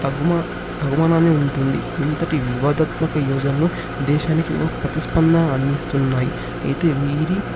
తగుమ తగుమనాన్ని ఉంటుంది ఇంతటి వివాదాత్మకత యోజనను దేశానికి ఓ ప్రతిస్పందనను అందిస్తున్నాయి అయితే వీరి